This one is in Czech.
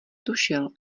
tušil